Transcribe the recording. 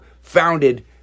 founded